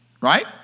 right